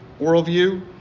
worldview